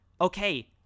Okay